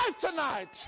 tonight